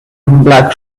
black